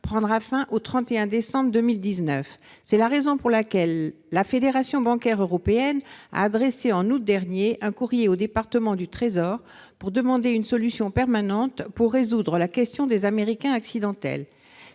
prendra fin au 31 décembre 2019. C'est la raison pour laquelle la Fédération bancaire européenne a adressé, en août dernier, un courrier au département du Trésor américain afin de demander une solution permanente pour résoudre la question des Américains accidentels.